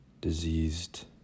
diseased